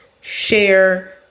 share